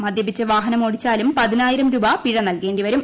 മദ്യപിച്ച് വാഹനം ഓടിച്ചാലും പതിനായിരം രൂപ പിഴ നിൽകേണ്ടിവരും